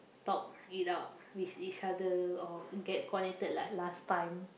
talk it out with each other or get connected like last time